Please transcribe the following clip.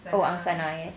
oh angsana yes